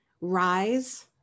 rise